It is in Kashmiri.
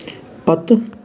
پتہٕ